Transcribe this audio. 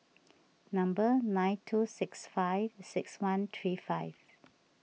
number nine two six five six one three five